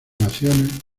oraciones